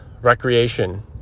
recreation